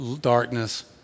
darkness